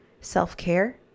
self-care